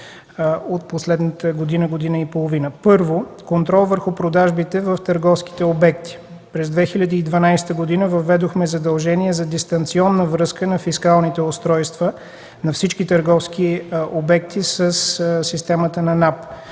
от последната година – година и половина. Първо, контрол върху продажбите в търговските обекти. През 2012 г. въведохме задължение за дистанционна връзка на фискалните устройства на всички търговски обекти със системата на